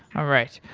all right.